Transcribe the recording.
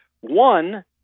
one